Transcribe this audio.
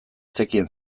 zekien